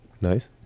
nice